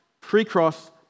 pre-cross